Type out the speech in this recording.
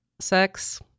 sex